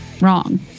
Wrong